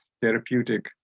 therapeutic